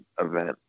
event